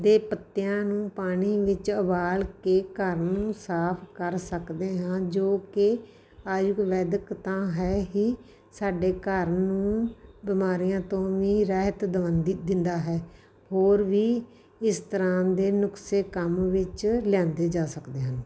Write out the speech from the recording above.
ਦੇ ਪੱਤਿਆਂ ਨੂੰ ਪਾਣੀ ਵਿੱਚ ਉਬਾਲ ਕੇ ਘਰ ਨੂੰ ਸਾਫ਼ ਕਰ ਸਕਦੇ ਹਾਂ ਜੋ ਕਿ ਆਯੂਰਵੈਦਿਕ ਤਾਂ ਹੈ ਹੀ ਸਾਡੇ ਘਰ ਨੂੰ ਬਿਮਾਰੀਆਂ ਤੋਂ ਵੀ ਰਹਿਤ ਦਵਾਂਦੀ ਦਿੰਦਾ ਹੈ ਹੋਰ ਵੀ ਇਸ ਤਰ੍ਹਾਂ ਦੇ ਨੁਸਖੇ ਕੰਮ ਵਿੱਚ ਲਿਆਏ ਜਾ ਸਕਦੇ ਹਨ